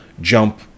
jump